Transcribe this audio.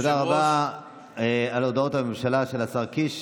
תודה רבה על הודעות הממשלה של השר קיש.